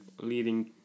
leading